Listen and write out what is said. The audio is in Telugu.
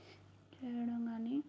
చేయడం కానీ